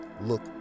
look